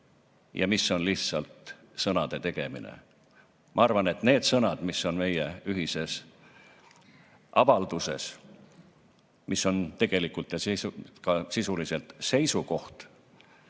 ja mis on lihtsalt sõnade tegemine. Ma arvan, et need sõnad, mis on meie ühises avalduses, mis on tegelikult ja sisuliselt seisukoht,